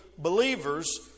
believers